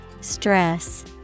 Stress